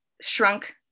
shrunk